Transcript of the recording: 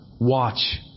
watch